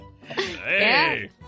Hey